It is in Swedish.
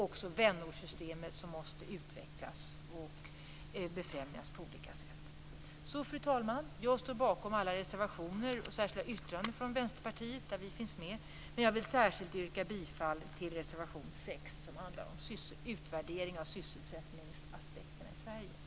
Också vänortssystemet måste utvecklas och befrämjas på olika sätt. Fru talman! Jag står bakom alla reservationer och särskilda yttranden där Vänsterpartiet finns med, men jag yrkar bifall endast till reservation 6, som handlar om utvärdering av sysselsättningsaspekterna i Sverige.